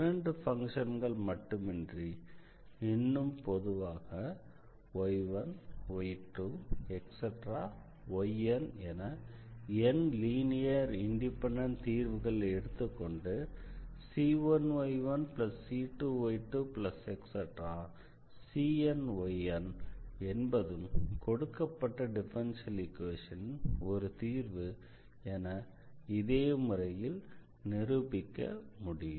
இரண்டு பங்க்ஷன்கள் மட்டுமின்றி இன்னும் பொதுவாக y1 y2 yn என n லீனியர் இண்டிபெண்டண்ட் தீர்வுகள் எடுத்துக்கொண்டு c1y1c2y2⋯cnyn என்பதும் கொடுக்கப்பட்ட டிஃபரன்ஷியல் ஈக்வேஷனின் ஒரு தீர்வு என இதே முறையில் நிரூபிக்க முடியும்